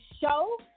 show